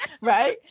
Right